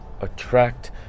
attract